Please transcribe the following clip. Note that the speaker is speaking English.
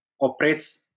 operates